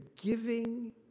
giving